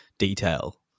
detail